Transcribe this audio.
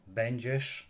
będziesz